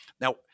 Now